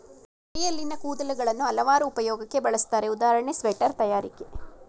ಕುರಿಯಲ್ಲಿನ ಕೂದಲುಗಳನ್ನು ಹಲವಾರು ಉಪಯೋಗಕ್ಕೆ ಬಳುಸ್ತರೆ ಉದಾಹರಣೆ ಸ್ವೆಟರ್ ತಯಾರಿಕೆ